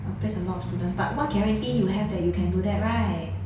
or place a lot of student but what guarantee you have that you can do that right